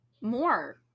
more